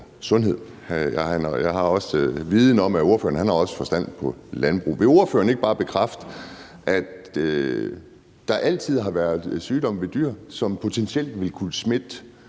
sundhed. Jeg har også viden om, at ordføreren også har forstand på landbrug. Vil ordføreren ikke bare bekræfte, at der altid har været sygdomme ved dyr, som potentielt ville kunne smitte